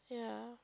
yeah